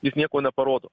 jis nieko neparodo